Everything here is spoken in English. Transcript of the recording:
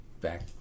back